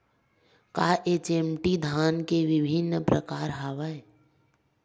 का एच.एम.टी धान के विभिन्र प्रकार हवय?